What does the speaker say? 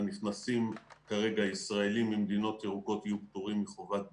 כרגע הנכנסים הישראלים ממדינות ירוקות יהיו פטורים מחובת בידוד.